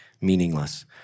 meaningless